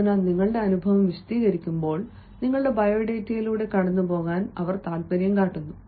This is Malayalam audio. അതിനാൽ നിങ്ങളുടെ അനുഭവം വിശദീകരിക്കുമ്പോൾ നിങ്ങളുടെ ബയോഡാറ്റയിലൂടെ കടന്നുപോകാൻ അവൻ താത്പര്യം കാട്ടുന്നു